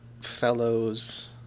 fellows